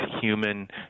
human